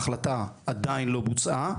ההחלטה עדיין לא בוצעה.